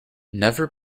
never